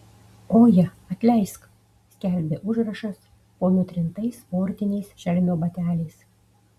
oje atleisk skelbė užrašas po nutrintais sportiniais šelmio bateliais